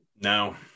No